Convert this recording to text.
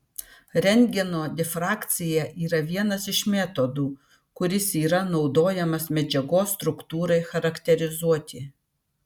rentgeno difrakcija yra vienas iš metodų kuris yra naudojamas medžiagos struktūrai charakterizuoti